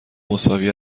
مساوی